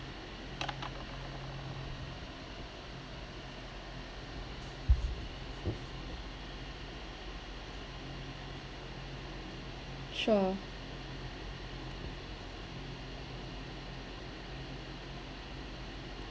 sure